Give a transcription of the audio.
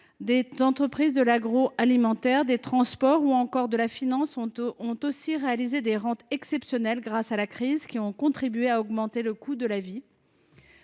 Des entreprises de l’agroalimentaire, des transports ou encore de la finance ont par ailleurs engrangé des rentes exceptionnelles grâce à la crise, ce qui a contribué à l’augmentation du coût de la vie.